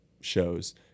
shows